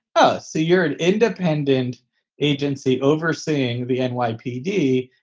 oh, so you're an independent agency overseeing the and nypd.